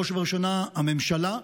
בראש ובראשונה הממשלה,